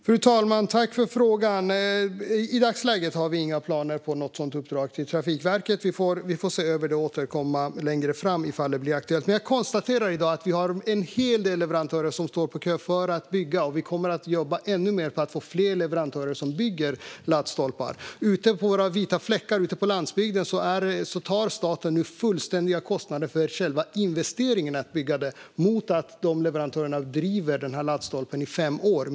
Fru talman! Jag tackar för frågan. I dagsläget har vi inga planer på något sådant uppdrag till Trafikverket. Vi får se över det och återkomma längre fram ifall det blir aktuellt. Vi har i dag en hel del leverantörer som står på kö för att bygga laddstolpar. Och vi kommer att jobba ännu mer för att få fler leverantörer att bygga. I våra vita fläckar, ute på landsbygden, tar staten nu de fullständiga kostnaderna för själva investeringen det innebär att bygga en laddstolpe mot att leverantören driver den i minst fem år.